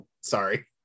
sorry